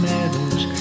Meadows